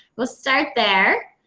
let's start there.